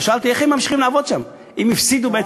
ושאלתי איך הם ממשיכים לעבוד שם אם הפסידו,